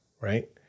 right